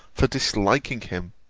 for disliking him.